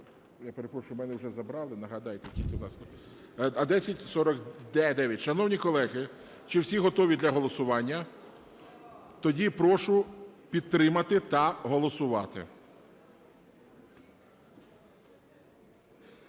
Я перепрошую, у мене вже забрали, нагадайте. 1049. Шановні колеги, чи всі готові для голосування? Тоді прошу підтримати та голосувати.